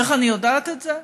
איך אני יודעת את זה?